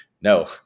no